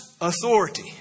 authority